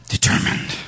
determined